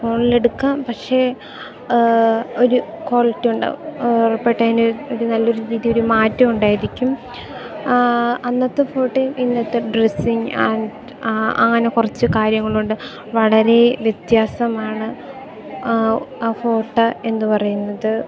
ഫോണിൽ എടുക്കാം പക്ഷേ ഒരു ക്വാളിറ്റി ഉണ്ടാവും പെട്ട അതിന് ഒരു നല്ല ഒരു രീതി ഒരു മാറ്റം ഉണ്ടായിരിക്കും അന്നത്തെ ഫോട്ടോയും ഇന്നത്തെ ഡ്രസ്സിങ് ആൻഡ് അങ്ങനെ കുറച്ചു കാര്യങ്ങൾ ഉണ്ട് വളരെ വ്യത്യാസമാണ് ആ ഫോട്ടോ എന്നു പറയുന്നത്